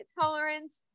tolerance